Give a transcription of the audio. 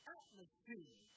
atmosphere